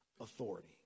authority